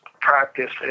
practice